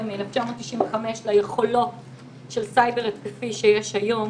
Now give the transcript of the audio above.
מ-1995 ליכולות של סייבר התקפי שיש היום.